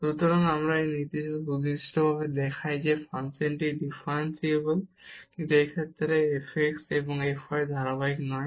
সুতরাং এই উদাহরণটি সুনির্দিষ্টভাবে দেখায় যে ফাংশনটি ডিফারেনসিবল কিন্তু এই ক্ষেত্রে f x এবং f y ধারাবাহিক নয়